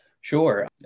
Sure